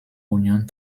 union